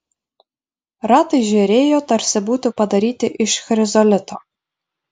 ratai žėrėjo tarsi būtų padaryti iš chrizolito